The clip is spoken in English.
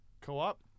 co-op